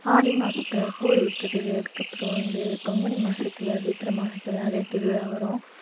ஆடி மாதத்துல கூழ் ஊத்துவது அதுக்கு அப்புறம் வந்து பங்குனி மாதத்துல சித்ரை மாதத்துல நிறைய திருவிழா வரும்